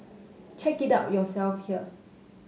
check it out yourself here